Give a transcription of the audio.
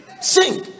Sing